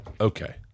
okay